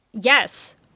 yes